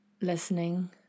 listening